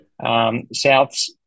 Souths